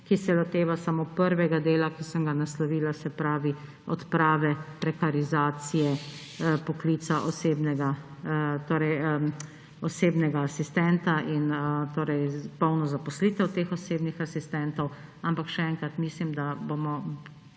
ki se loteva samo prvega dela, ki sem ga naslovila, se pravi odprave prekarizacije poklica osebnega asistenta in torej polno zaposlitev teh osebnih asistentov. Ampak še enkrat, mislim, da bomo,